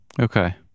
Okay